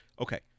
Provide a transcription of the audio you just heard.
Okay